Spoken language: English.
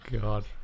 god